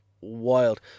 wild